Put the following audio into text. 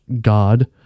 God